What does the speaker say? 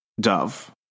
dove